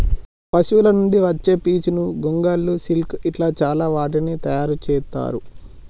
పశువుల నుండి వచ్చే పీచును గొంగళ్ళు సిల్క్ ఇట్లా చాల వాటిని తయారు చెత్తారు